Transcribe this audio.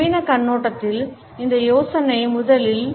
நவீன கண்ணோட்டத்தில் இந்த யோசனை முதலில் ஈ